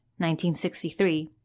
1963